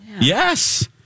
Yes